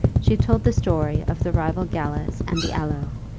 she told the story of the rival galas and the aloe,